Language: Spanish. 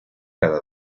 cada